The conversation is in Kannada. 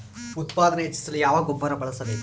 ಉತ್ಪಾದನೆ ಹೆಚ್ಚಿಸಲು ಯಾವ ಗೊಬ್ಬರ ಬಳಸಬೇಕು?